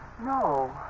No